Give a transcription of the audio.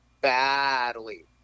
badly